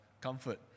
comfort